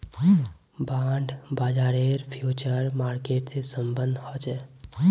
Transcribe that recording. bond बाजारेर future market से सम्बन्ध ह छे